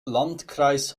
landkreis